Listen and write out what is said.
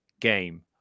Game